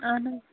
اَہَن حظ